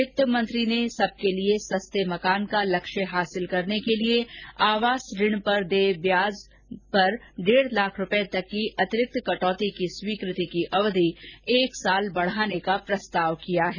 वित्तमंत्री ने सबके लिए सस्ते मकान का लक्ष्य हासिल करने के लिए आवास ऋण पर देय ब्याज पर डेढ़ लाख रूपये तक की अतिरिक्त कटौती की स्वीकृति की अवधि एक साल बढ़ाने का प्रस्ताव किया गया है